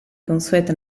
consueto